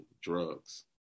drugs